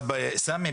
אבל סמי,